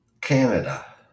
Canada